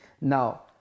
Now